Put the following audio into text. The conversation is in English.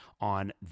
on